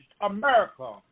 America